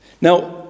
Now